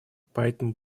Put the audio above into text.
поэтому